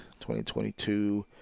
2022